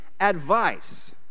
advice